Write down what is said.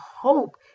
hope